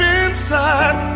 inside